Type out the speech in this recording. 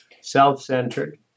self-centered